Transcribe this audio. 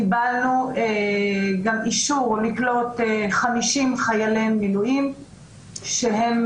קיבלנו גם אישור לקלוט 50 חיילי מילואים שהם